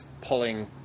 pulling